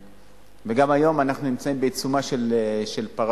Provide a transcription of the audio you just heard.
וגם היום אנחנו נמצאים בעיצומה של פרשה